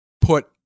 put